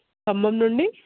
ఖమ్మం నుంచి